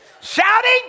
Shouting